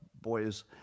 boys